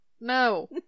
no